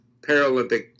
Paralympic